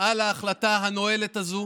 על ההחלטה הנואלת הזאת